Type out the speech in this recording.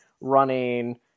running